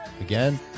Again